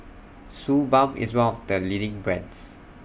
Suu Balm IS one of The leading brands